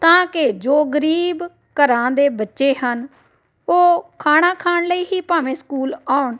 ਤਾਂ ਕਿ ਜੋ ਗਰੀਬ ਘਰਾਂ ਦੇ ਬੱਚੇ ਹਨ ਉਹ ਖਾਣਾ ਖਾਣ ਲਈ ਹੀ ਭਾਵੇਂ ਸਕੂਲ ਆਉਣ